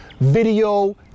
video